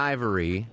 Ivory